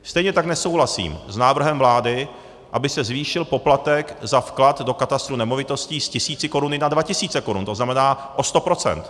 Stejně tak nesouhlasím s návrhem vlády, aby se zvýšil poplatek za vklad do katastru nemovitostí z tisícikoruny na 2 000 korun, to znamená o sto procent.